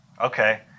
Okay